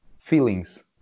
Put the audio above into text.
feelings